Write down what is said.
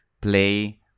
Play